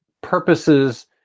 Purposes